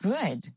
Good